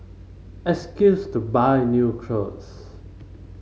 excuse to buy new clothes